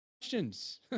questions